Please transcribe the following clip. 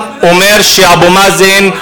ואנחנו אומרים: הם לא מוסלמים.